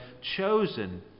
chosen